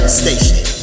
station